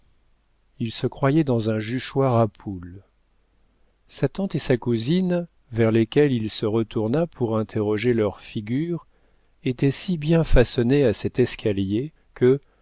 il se croyait dans un juchoir à poules sa tante et sa cousine vers lesquelles il se retourna pour interroger leurs figures étaient si bien façonnées à cet escalier que